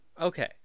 Okay